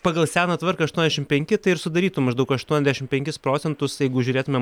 pagal seną tvarką aštuoniasdešimt penki tai ir sudarytų maždaug aštuoniasdešimt penkis procentus jeigu žiūrėtumėm